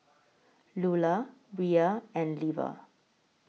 Lulah Bria and Leva